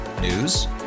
news